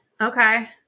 okay